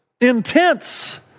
intense